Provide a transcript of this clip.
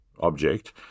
object